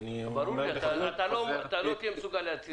ואני אומר --- אתה לא תהיה מסוגל להצהיר עכשיו.